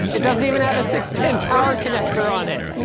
it doesn't even have a six pin power connector on it.